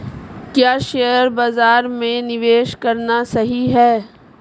क्या शेयर बाज़ार में निवेश करना सही है?